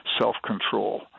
self-control